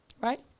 right